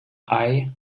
eye